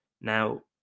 Now